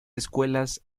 escuelas